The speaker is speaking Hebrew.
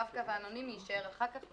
הרב-קו האנונימי יישאר אחר כך,